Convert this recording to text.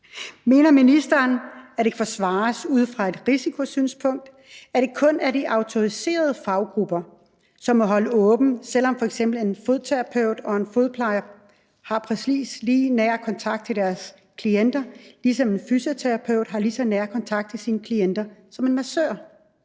Mener ministeren, at det kan forsvares ud fra et risikosynspunkt, at det kun er de autoriserede faggrupper, som må holde åbent, selv om f.eks. en fodterapeut og en fodplejer har præcis lige så nær kontakt til deres klienter, og ligesom en fysioterapeut har lige så nær kontakt til sine klienter som en massør?